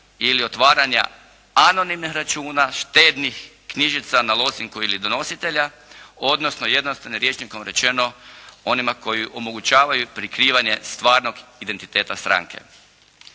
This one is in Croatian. ili otvaranja anonimnih računa štednih knjižica na lozinku ili donositelja, odnosno jednostavnim rječnikom rečeno onima koji omogućavaju prikrivanje stvarnog identiteta stranke.